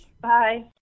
Bye